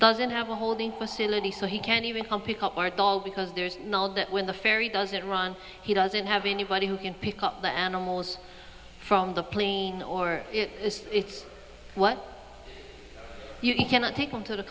doesn't have a holding facility so he can't even come pick up or at all because there's knowledge that when the ferry doesn't run he doesn't have anybody who can pick up the animals from the plane or if it's what you cannot take him to the